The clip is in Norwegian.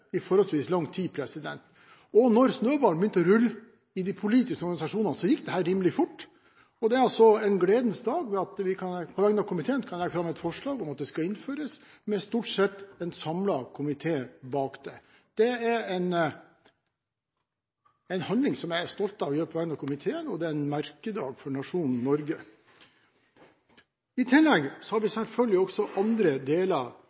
i forholdsvis lang tid. Da snøballen begynte å rulle i de politiske organisasjonene, gikk det rimelig fort. Det er en gledens dag fordi jeg på vegne av en samlet komité – stort sett – kan legge fram et forslag om at kjønnsnøytral verneplikt skal innføres. Det er en handling som jeg er stolt av å gjøre på vegne av komiteen, og det er en merkedag for nasjonen Norge. I tillegg er det selvfølgelig andre deler av